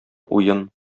уен